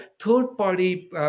third-party